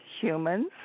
humans